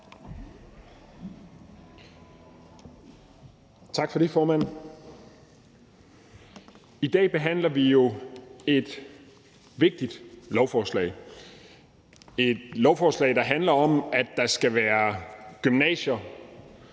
Tak for det, formand. I dag behandler vi jo et vigtigt lovforslag – et lovforslag, der handler om, at der skal være gymnasier